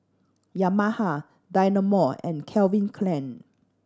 Yamaha Dynamo and Calvin Klein